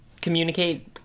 communicate